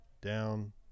down